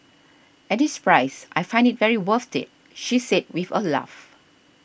at this price I find it very worth it she said with a laugh